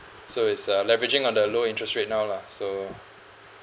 so it's uh leveraging on the low interest rate now lah so